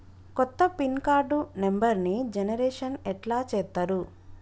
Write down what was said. కొత్త pin card నెంబర్ని generation ఎట్లా చేత్తరు?